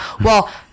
Well-